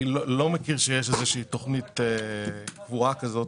אני לא מכיר שיש איזושהי תוכנית קבועה כזאת.